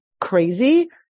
crazy